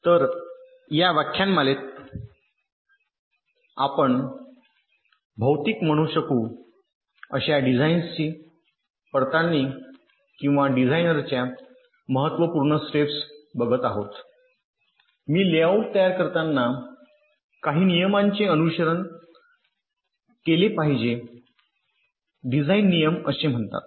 तर या व्याख्यानमालेत आपण भौतिक म्हणू शकू अशा डिझाइनची पडताळणी किंवा डिझाइनर च्या महत्वपूर्ण स्टेप्स बघत आहोत मी लेआउट तयार करताना काही नियमांचे अनुसरण केले पाहिजे डिझाईन नियम असे म्हणतात